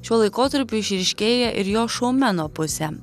šiuo laikotarpiu išryškėja ir jo šoumeno pusė